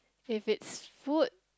if it's food